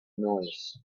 noise